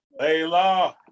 Layla